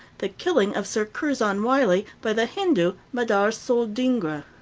the killing of sir curzon wyllie by the hindu, madar sol dhingra.